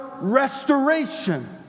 restoration